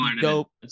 dope